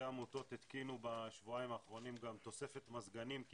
עמותות התקינו בשבועיים האחרונים גם תוספת מזגנים כי